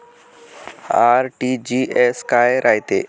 RTGS काय रायते?